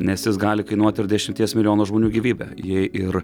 nes jis gali kainuoti ir dešimties milijonų žmonių gyvybę jei ir